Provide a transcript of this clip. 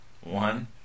One